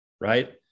right